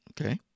Okay